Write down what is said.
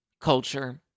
Culture